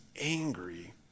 angry